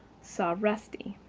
saw rusty.